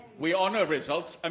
we honour results. um